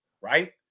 right